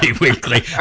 weekly